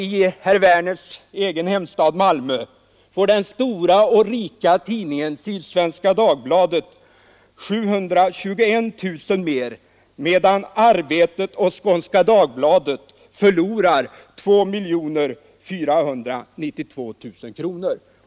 I herr Werners egen hemstad får den stora och rika tidningen Sydsvenska Dagbladet 721 000 kronor mer, medan Arbetet och Skånska Dagbladet förlorar 2 492 000 kronor.